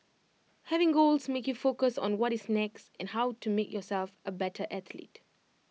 having goals makes you focus on what is next and how to make yourself A better athlete